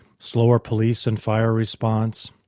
slower police and fire response.